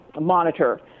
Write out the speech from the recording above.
monitor